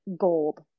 gold